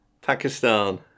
Pakistan